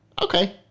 Okay